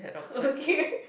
ok